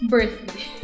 Birthday